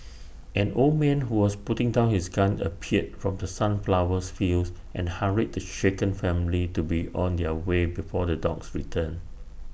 an old man who was putting down his gun appeared from the sunflowers fields and hurried the shaken family to be on their way before the dogs return